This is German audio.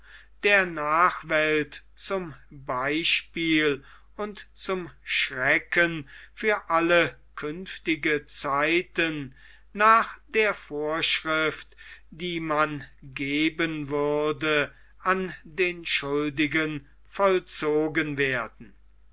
der nachwelt zum beispiel und zum schrecken für alle künftigen zeiten nach der vorschrift die man geben würde an den schuldigen vollzogen werden